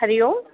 हरिः ओम्